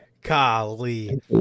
Golly